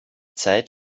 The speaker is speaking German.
zeit